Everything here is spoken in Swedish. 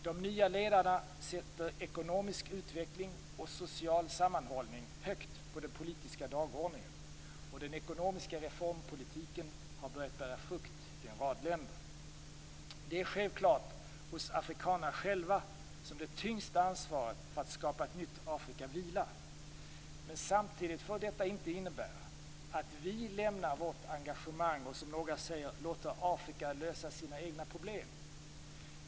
De nya ledarna sätter ekonomisk utveckling och social sammanhållning högt på den politiska dagordningen. Den ekonomiska reformpolitiken har börjat bära frukt i en rad länder. Det är självfallet hos afrikanerna själva som det tyngsta ansvaret för att skapa ett nytt Afrika vilar. Men samtidigt får detta inte innebära att vi lämnar vårt engagemang och, som några säger, låter Afrika lösa sina egna problem.